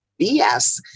BS